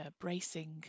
bracing